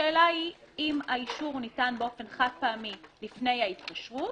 השאלה היא אם האישור ניתן באופן חד-פעמי לפני ההתקשרות